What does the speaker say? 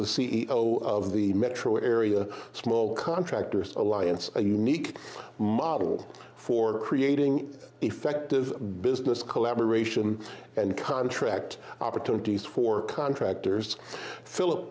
the c e o of the metro area small contractors alliance a unique model for creating effective business collaboration and contract opportunities for contractors philip